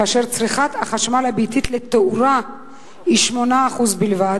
כאשר צריכת החשמל הביתית לתאורה היא 8% בלבד,